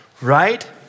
right